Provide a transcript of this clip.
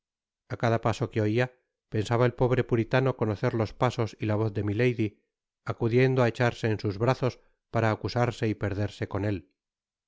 á cada paso que oia pensaba el pobre puritano conocer los pasos y la voz de milady acudiendo á echarse en sus brazos para acusarse y perderse con él